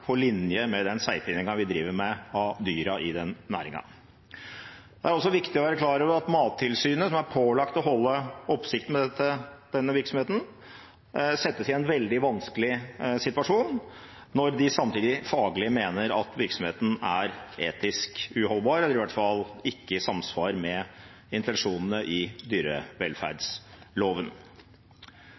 på linje med den seigpiningen vi driver med av dyrene i den næringen. Det er også viktig å være klar over at Mattilsynet, som er pålagt å holde oppsikt med denne virksomheten, settes i en veldig vanskelig situasjon når de samtidig faglig mener at virksomheten er etisk uholdbar, eller i hvert fall ikke i samsvar med intensjonene i dyrevelferdsloven.